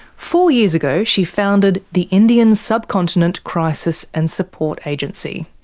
four years ago she founded the indian sub-continent crisis and support agency.